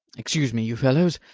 excuse me, you fellows.